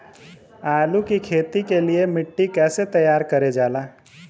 आलू की खेती के लिए मिट्टी कैसे तैयार करें जाला?